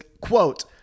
quote